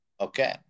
Okay